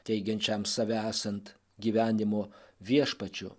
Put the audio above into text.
teigiančiam save esant gyvenimo viešpačiu